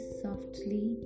softly